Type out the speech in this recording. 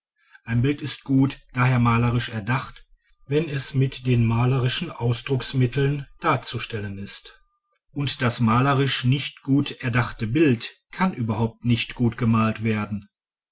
ein bild ist gut d h malerisch erdacht wenn es mit den malerischen ausdrucksmitteln darzustellen ist und das malerisch nicht gut erdachte bild kann überhaupt nicht gut gemalt werden